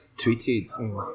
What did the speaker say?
tweeted